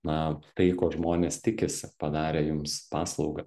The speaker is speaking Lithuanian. na tai ko žmonės tikisi padarę jums paslaugą